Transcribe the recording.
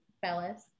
fellas